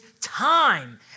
time